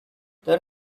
there